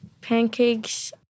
pancakes